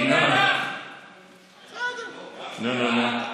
כאילו אנחנו בעולם אחר.